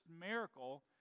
miracle